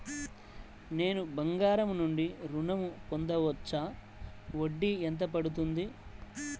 నేను బంగారం నుండి ఋణం పొందవచ్చా? వడ్డీ ఎంత పడుతుంది?